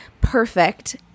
perfect